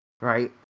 Right